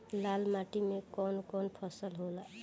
लाल माटी मे कवन कवन फसल होला?